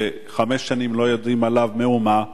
שחמש שנים לא יודעים עליו מאומה.